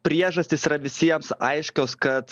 priežastys yra visiems aiškios kad